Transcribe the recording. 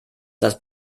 das